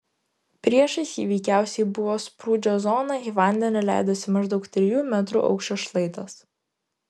priešais jį veikiausiai buvo sprūdžio zona į vandenį leidosi maždaug trijų metrų aukščio šlaitas